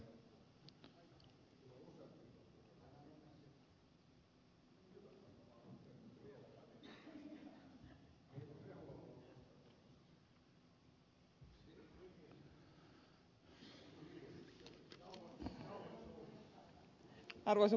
arvoisa puhemies